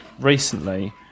recently